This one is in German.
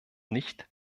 nicht